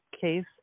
case